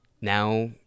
now